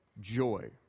joy